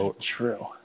True